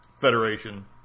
Federation